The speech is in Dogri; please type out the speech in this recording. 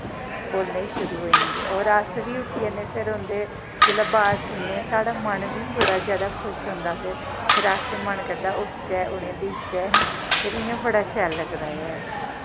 बोलना शुरु होई जंदे होर अस बी उट्ठी जन्ने फिर जिसलै अवाज सुनने साढ़ा मन बी बड़ा जैदा खुश होंदा फिर फिर मन करदा अस उठचै उ'नें गी दिखचै फिर इ'यां बड़ा शैल लगदा ऐ